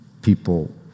People